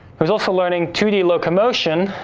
it was also learning two d locomotion,